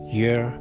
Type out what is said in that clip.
year